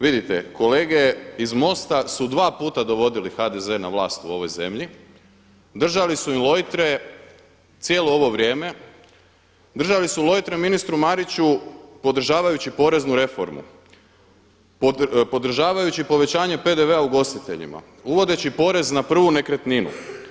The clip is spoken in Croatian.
Vidite, kolege iz MOST-a su dva puta dovodili HDZ na vlast u ovoj zemlji, držali su im lojtre cijelo ovo vrijeme, držali su lojtre ministru Mariću podržavajući poreznu reformu, podržavajući povećanje PDV-a ugostiteljima, uvodeći porez na prvu nekretninu.